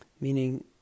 meaning